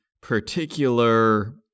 particular